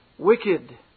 wicked